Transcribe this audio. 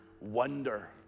Wonder